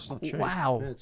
Wow